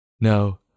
No